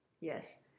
yes